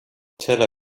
tel